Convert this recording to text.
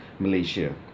Malaysia